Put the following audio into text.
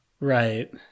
Right